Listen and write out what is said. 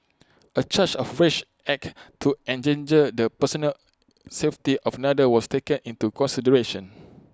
A charge of rash act to endanger the personal safety of another was taken into consideration